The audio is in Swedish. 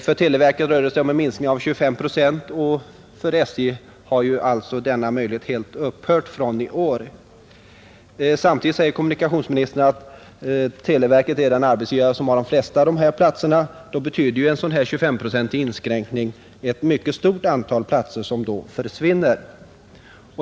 För televerket rör det sig om en minskning med 25 procent, och för SJ har alltså denna möjlighet helt försvunnit fr.o.m. i år, Samtidigt säger kommunikationsministern att televerket är den arbetsgivare som har de flesta praktikplatserna — då betyder en sådan här 25-procentig inskränkning att ett mycket stort antal platser försvinner.